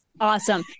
Awesome